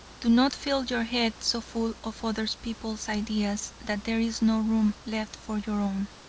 do not fill your head so full of other people's ideas that there is no room left for your own.